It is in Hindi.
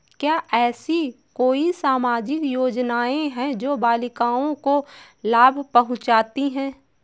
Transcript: क्या ऐसी कोई सामाजिक योजनाएँ हैं जो बालिकाओं को लाभ पहुँचाती हैं?